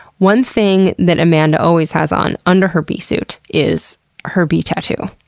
one thing that amanda always has on, under her bee suit, is her bee tattoo.